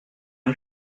une